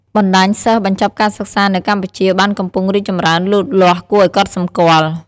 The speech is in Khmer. បណ្ដាញសិស្សបញ្ចប់ការសិក្សានៅកម្ពុជាបានកំពុងរីកចម្រើនលូតលាស់គួរឱ្យកត់សម្គាល់។